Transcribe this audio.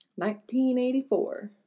1984